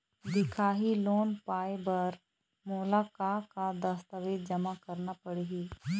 दिखाही लोन पाए बर मोला का का दस्तावेज जमा करना पड़ही?